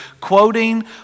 quoting